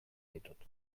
ditut